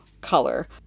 color